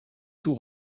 tout